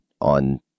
on